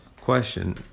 question